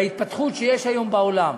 בהתפתחות שיש היום בעולם,